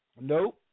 Nope